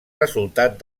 resultat